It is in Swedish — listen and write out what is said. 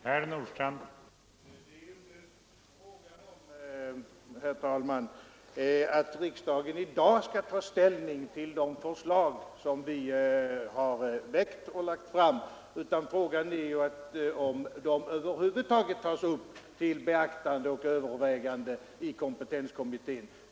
Herr talman! Det är ju inte frågan om att riksdagen i dag skall ta ställning till de förslag som vi har väckt, utan frågan gäller ju om de över huvud taget tas upp till beaktande och övervägande i kompetenskommittén.